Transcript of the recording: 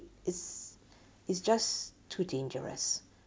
it's it's just too dangerous